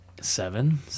seven